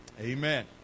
Amen